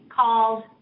called